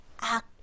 act